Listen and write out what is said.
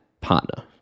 partner